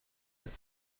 neuf